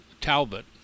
Talbot